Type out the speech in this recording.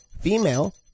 female